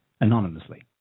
anonymously